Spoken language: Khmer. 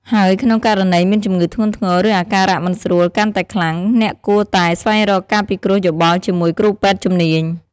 ហើយក្នុងករណីមានជំងឺធ្ងន់ធ្ងរ ឬអាការៈមិនស្រួលកាន់តែខ្លាំង អ្នកគួរតែស្វែងរកការពិគ្រោះយោបល់ជាមួយគ្រូពេទ្យជំនាញ។